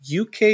UK